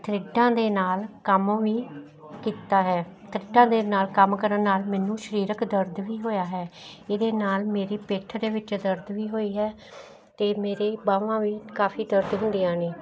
ਖੇਡਾਂ ਦੇ ਨਾਲ ਕੰਮ ਵੀ ਕੀਤਾ ਹੈ ਖੇਡਾਂ ਦੇ ਨਾਲ ਕੰਮ ਕਰਨ ਨਾਲ ਮੈਨੂੰ ਸਰੀਰਕ ਦਰਦ ਵੀ ਹੋਇਆ ਹੈ ਇਹਦੇ ਨਾਲ ਮੇਰੀ ਪਿੱਠ ਦੇ ਵਿੱਚ ਦਰਦ ਵੀ ਹੋਈ ਹੈ ਅਤੇ ਮੇਰੀਆਂ ਬਾਹਾਂ ਵੀ ਕਾਫੀ ਦਰਦ ਹੁੰਦੀਆਂ ਨੇ